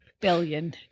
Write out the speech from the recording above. billion